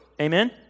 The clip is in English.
Amen